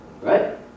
right